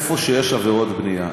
במקום שיש עבירות בנייה.